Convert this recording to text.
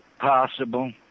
possible